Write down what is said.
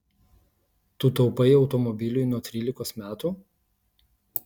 tu taupai automobiliui nuo trylikos metų